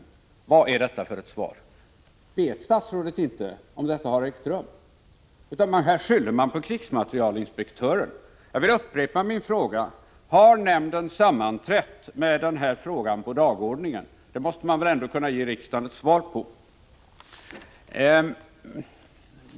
Vad är detta för ett svar? Vet statsrådet inte om detta har ägt rum? Här skyller man på krigsmaterielinspektören! Jag vill upprepa min fråga: Har nämnden sammanträtt med den här frågan på dagordningen? Det måste man väl ändå kunna ge riksdagen ett svar på!